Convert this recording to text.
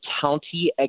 county